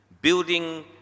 building